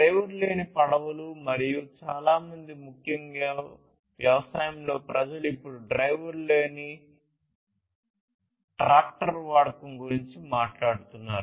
driver లేని పడవలు మరియు చాలా మంది ముఖ్యంగా వ్యవసాయంలో ప్రజలు ఇప్పుడు డ్రైవర్ లేని డ్రైవర్ లేని ట్రాక్టర్ల వాడకం గురించి మాట్లాడుతున్నారు